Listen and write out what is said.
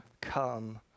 come